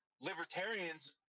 libertarians